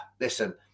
listen